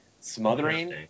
smothering